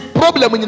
problem